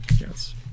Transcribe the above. Yes